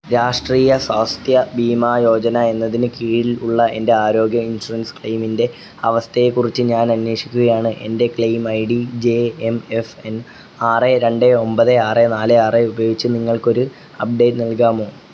രാഷ്ട്രീയ സ്വാസ്ഥ്യ ബീമാ യോജന എന്നതിന് കീഴിൽ ഉള്ള എൻ്റെ ആരോഗ്യ ഇൻഷുറൻസ് ക്ലെയിമിൻ്റെ അവസ്ഥയെക്കുറിച്ച് ഞാൻ അന്വേഷിക്കുകയാണ് എൻ്റെ claim I D J M F N ആറ് രണ്ട് ഒമ്പത് ആറ് നാല് ആറ് ഉപയോഗിച്ച് നിങ്ങൾക്കൊരു അപ്ഡേറ്റ് നൽകാമോ